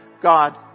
God